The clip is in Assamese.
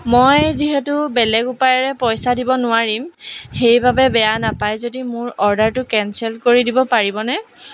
মই যিহেতু বেলেগ উপায়েৰে পইচা দিব নোৱাৰিম সেইবাবে বেয়া নাপায় যদি মোৰ অৰ্ডাৰটো কেনঞ্চেল কৰি দিব পাৰিবনে